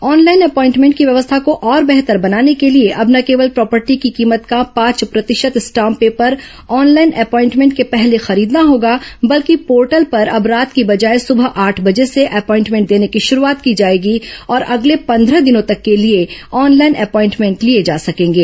online appointment की व्यवस्था को और बेहतर बनाने के लिए अब न केवल प्रॉपर्टी की कीमत का पांच प्रतिशत स्टाम्प पेपर ऑनलाइन अपॉइनमेंट से पहले खरीदना होगा बल्कि पोर्टल पर अब रात की बजाय सबह आठ बजे से अपॉइनमेंट देने की शुरूआत की जाएगी और अगले पंद्रह दिनों तक के लिए ऑनलाइन अपॉइनमेंट लिए जा सकेंगे